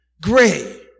Gray